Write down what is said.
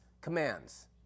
commands